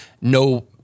no